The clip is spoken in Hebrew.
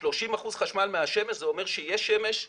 30 אחוזים חשמל מהשמש, זה אומר שיש שמש,